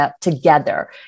together